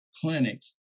clinics